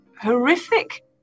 horrific